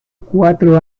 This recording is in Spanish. cuatro